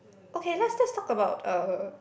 okay let's just talk about uh